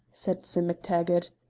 said sim mactaggart.